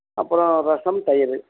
அப்பறோம் ரசம் தயிர்